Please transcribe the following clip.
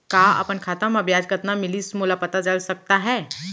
का अपन खाता म ब्याज कतना मिलिस मोला पता चल सकता है?